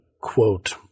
quote—